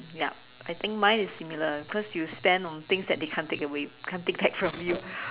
yup I think mine is similar because you spend on things that they can't take away can't take back from you